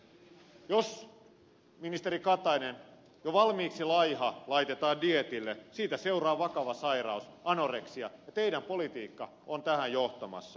jos ministeri katainen jo valmiiksi laiha laitetaan dieetille siitä seuraa vakava sairaus anoreksia ja teidän politiikkanne on tähän johtamassa